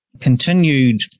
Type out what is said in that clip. continued